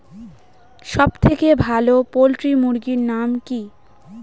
সবথেকে ভালো পোল্ট্রি মুরগির নাম কি?